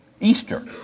Easter